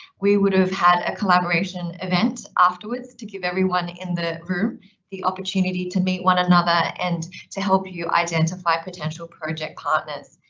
we would have had a collaboration event afterwards to give everyone in the room the opportunity to meet one another and to help you identify potential project partners.